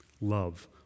love